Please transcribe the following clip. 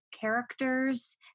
characters